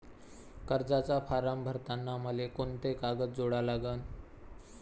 कर्जाचा फारम भरताना मले कोंते कागद जोडा लागन?